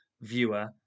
viewer